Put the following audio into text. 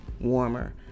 warmer